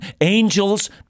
angels